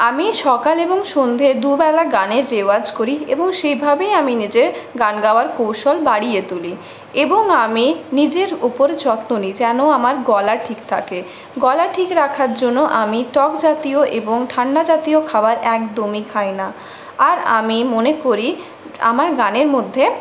আমি সকাল এবং সন্ধ্যে দু বেলা গানের রেওয়াজ করি এবং সেভাবেই আমি নিজের গান গাওয়ার কৌশল বাড়িয়ে তুলি এবং আমি নিজের উপর যত্ন নিই যেন আমার গলা ঠিক থাকে গলা ঠিক রাখার জন্য আমি টক জাতীয় এবং ঠান্ডা জাতীয় খাবার একদমই খাই না আর আমি মনে করি আমার গানের মধ্যে